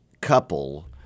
couple